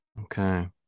Okay